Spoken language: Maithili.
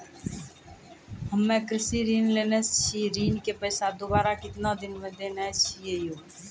हम्मे कृषि ऋण लेने छी ऋण के पैसा दोबारा कितना दिन मे देना छै यो?